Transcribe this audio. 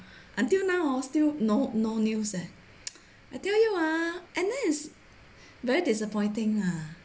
until now hor still no no news eh I tell you ah and then is very disappointing lah